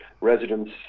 residents